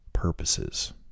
purposes